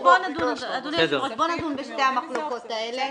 אדוני היושב-ראש, בוא נדון בשתי המחלוקות האלה.